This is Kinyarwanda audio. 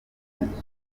virus